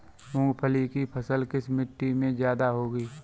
मूंगफली की फसल किस मिट्टी में ज्यादा होगी?